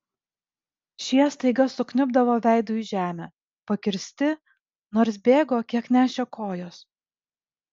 šie staiga sukniubdavo veidu į žemę pakirsti nors bėgo kiek nešė kojos